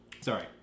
Sorry